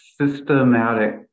systematic